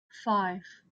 five